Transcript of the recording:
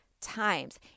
times